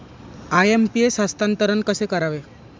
IMPS हस्तांतरण कसे करावे?